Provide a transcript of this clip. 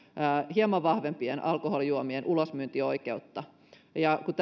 hieman vahvempien alkoholijuomien ulosmyyntioikeutta ja kun